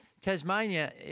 Tasmania